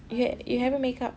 you ha~ you haven't makeup